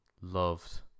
loved